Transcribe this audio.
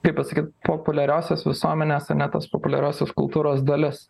kaip pasakyt populiariosios visuomenės ane tas populiariosios kultūros dalis